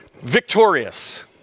victorious